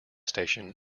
station